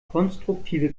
konstruktive